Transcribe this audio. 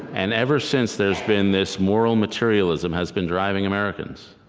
and ever since, there has been this moral materialism has been driving americans.